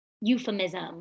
euphemism